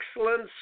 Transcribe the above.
excellence